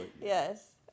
Yes